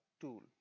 tool